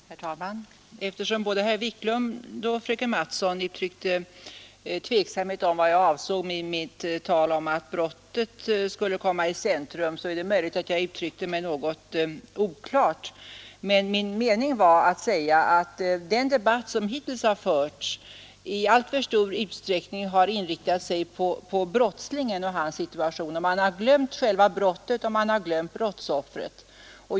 Herr talman! Eftersom både herr Wiklund i Stockholm och fröken Mattson uttryckte tveksamhet om vad jag avsåg med mitt tal om att brottet skulle komma i centrum, är det möjligt att jag uttryckte mig något oklart. Min mening var att säga att den debatt, som hittills har förts, i alltför stor utsträckning har inriktat sig på brottslingen och hans situation. Man har glömt brottet och offret.